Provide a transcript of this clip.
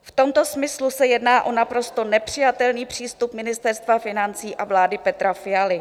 V tomto smyslu se jedná o naprosto nepřijatelný přístup Ministerstva financí a vlády Petra Fialy.